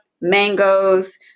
mangoes